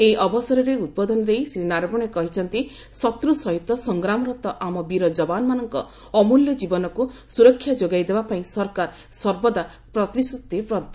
ଏହି ଅବସରରେ ଉଦ୍ବୋଧନ ଦେଇ ଶ୍ରୀ ନାରାବଣେ କହିଛନ୍ତି ଶତ୍ର ସହିତ ସଂଗ୍ରାମରତ ଆମ ବୀର ଯବାନମାନଙ୍କ ଅମୂଲ୍ୟ ଜୀବନକୁ ସୁରକ୍ଷା ଯୋଗାଇଦେବା ପାଇଁ ସରକାର ସର୍ବଦା ପ୍ରତିଶ୍ରତିବଦ୍ଧ